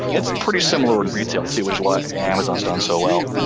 it's pretty similar in retail, see, which is what amazon's done so well.